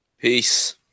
Peace